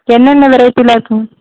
என்னென்ன வெரைட்டிலாம் இருக்குதுங்க